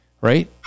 right